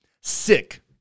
sick